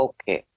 Okay